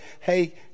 hey